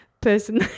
person